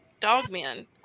dogmen